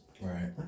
Right